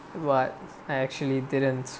but I actually didn't